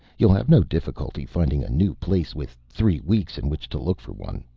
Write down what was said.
you'll have no difficulty finding a new place, with three weeks in which to look for one,